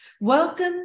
Welcome